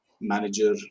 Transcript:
manager